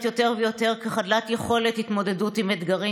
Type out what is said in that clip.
יותר ויותר כחסרת יכולת התמודדות עם אתגרים.